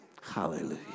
Hallelujah